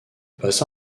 passa